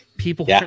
people